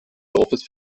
dorfes